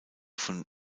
von